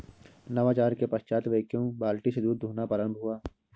नवाचार के पश्चात वैक्यूम बाल्टी से दूध दुहना प्रारंभ हुआ